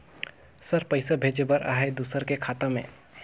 Sir पइसा भेजे बर आहाय दुसर के खाता मे?